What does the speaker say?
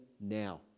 now